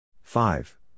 Five